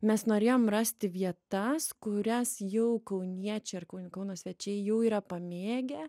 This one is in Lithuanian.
mes norėjom rasti vietas kurias jau kauniečiai ar kau kauno svečiai jau yra pamėgę